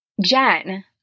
Jen